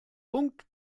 punkt